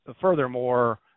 furthermore